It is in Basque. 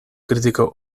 kritiko